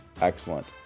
excellent